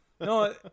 No